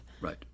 Right